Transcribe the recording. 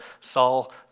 Saul